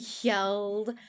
yelled